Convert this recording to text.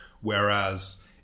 Whereas